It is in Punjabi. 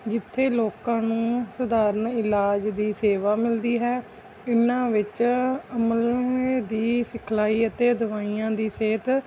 ਜਿੱਥੇ ਲੋਕਾਂ ਨੂੰ ਸਧਾਰਨ ਇਲਾਜ ਦੀ ਸੇਵਾ ਮਿਲਦੀ ਹੈ ਇਹਨਾਂ ਵਿੱਚ ਅਮਲੇ ਦੀ ਸਿਖਲਾਈ ਅਤੇ ਦਵਾਈਆਂ ਦੀ ਸਿਹਤ